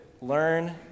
learn